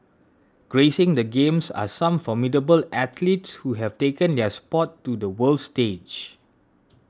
gracing the Games are some formidable athletes who have taken their sport to the world stage